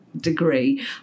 Degree